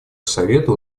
совету